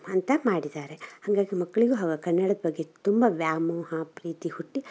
ಅಂತ ಮಾಡಿದ್ದಾರೆ ಹಾಗಾಗಿ ಮಕ್ಕಳಿಗೂ ಆವಾಗ್ ಕನ್ನಡದ್ ಬಗ್ಗೆ ತುಂಬ ವ್ಯಾಮೋಹ ಪ್ರೀತಿ ಹುಟ್ಟಿ